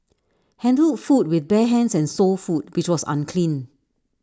handled food with bare hands and sold food which was unclean